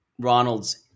Ronald's